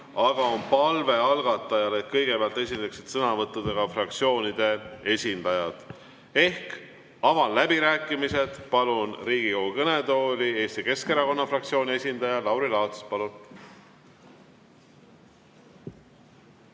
aga algatajal on palve, et kõigepealt esineksid sõnavõttudega fraktsioonide esindajad. Avan läbirääkimised. Palun Riigikogu kõnetooli Eesti Keskerakonna fraktsiooni esindaja Lauri Laatsi.